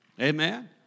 amen